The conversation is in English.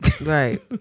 Right